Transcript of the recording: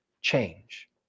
change